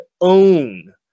own